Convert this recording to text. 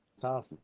tough